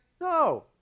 No